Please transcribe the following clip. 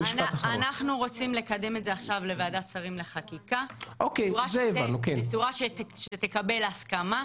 אנחנו רוצים לקדם את זה עכשיו לוועדת שרים לחקיקה בצורה שתקבל הסכמה,